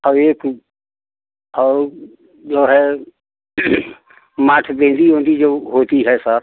और एक और जो है माथा बिंदी ओंदी जो होती है सर